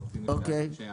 זאת אומרת,